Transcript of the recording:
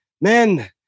men